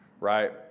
right